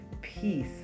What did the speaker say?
peace